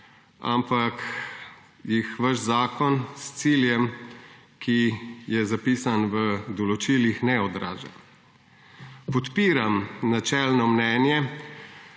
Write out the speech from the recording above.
ampak jih vaš zakon s ciljem, ki je zapisan v določilih, ne odraža. Podpiram načelno mnenje,